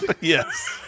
Yes